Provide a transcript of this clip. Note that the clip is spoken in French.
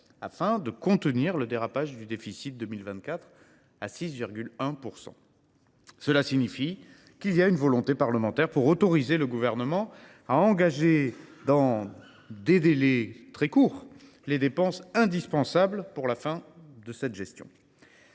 afin de contenir le dérapage du déficit en 2024 à un taux de 6,1 % du PIB. Cela signifie qu’il y a une volonté parlementaire d’autoriser le Gouvernement à engager, dans un délai très court, les dépenses indispensables pour la fin de cette gestion.